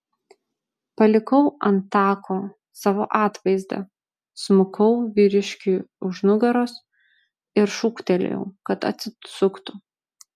palikau ant tako savo atvaizdą smukau vyriškiui už nugaros ir šūktelėjau kad atsisuktų